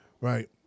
Right